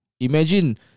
Imagine